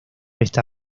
esta